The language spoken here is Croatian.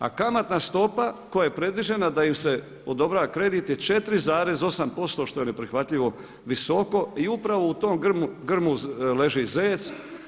A kamatna stopa koja je predviđena da im se odobrava kredit je 4,8% što je neprihvatljivo visoko i upravo u tom grmu leži zec.